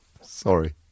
sorry